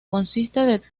consiste